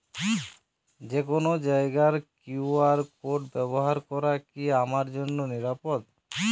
যে কোনো জায়গার কিউ.আর কোড ব্যবহার করা কি আমার জন্য নিরাপদ?